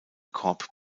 korb